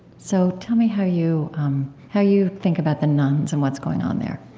so tell me how you how you think about the nones and what's going on there